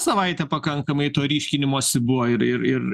savaitę pakankamai to ryškinimosi buvo ir ir ir